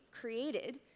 created